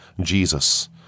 Jesus